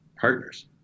partners